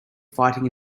fighting